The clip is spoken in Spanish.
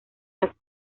las